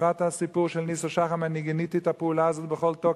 למחרת הסיפור של ניסו שחם אני גיניתי את הפעולה הזאת בכל תוקף.